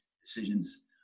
decisions